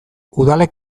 udalek